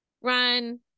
run